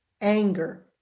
anger